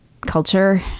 culture